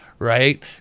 right